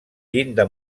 llinda